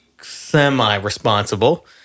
semi-responsible